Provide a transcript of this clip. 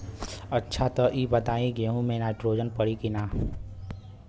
अच्छा त ई बताईं गेहूँ मे नाइट्रोजन पड़ी कि ना?